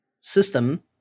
system